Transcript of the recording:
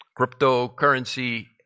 cryptocurrency